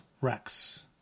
Rex